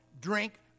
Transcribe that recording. drink